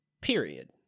period